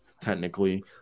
technically